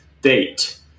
date